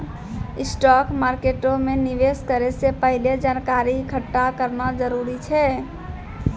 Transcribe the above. stock मार्केटो मे निवेश करै से पहिले जानकारी एकठ्ठा करना जरूरी छै